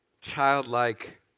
Childlike